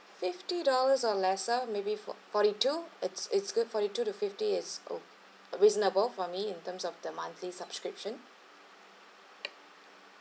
fifty dollars or lesser maybe for~ forty two it's it's good forty two to fifty is o~ a reasonable for me in terms of the monthly subscription